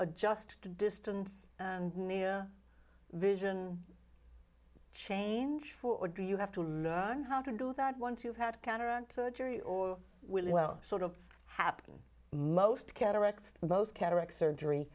adjust to distance vision change or do you have to learn how to do that once you've had cataract surgery or will sort of happen most cataract most cataract surgery